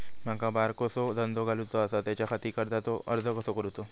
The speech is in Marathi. माका बारकोसो धंदो घालुचो आसा त्याच्याखाती कर्जाचो अर्ज कसो करूचो?